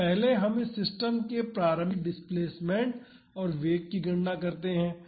तो पहले हम इस सिस्टम के प्रारंभिक डिस्प्लेसमेंट और वेग की गणना करते है